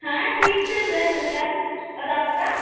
हाँ ठीक चल रही है दुकान और आपकी